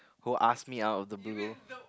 who asked me out of the blue